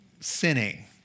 sinning